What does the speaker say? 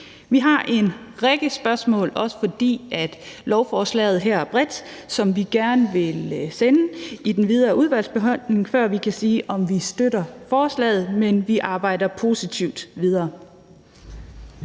Vi har en række spørgsmål, også fordi lovforslaget her er bredt, som vi gerne vil sende i den videre udvalgsbehandling, før vi kan sige, om vi støtter forslaget, men vi arbejder positivt videre